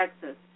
Texas